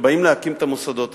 שבאים להקים את המוסדות האלה?